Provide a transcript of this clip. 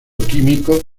químico